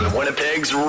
Winnipeg's